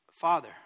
Father